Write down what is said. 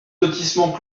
lotissement